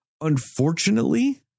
unfortunately